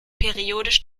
periodisch